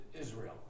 Israel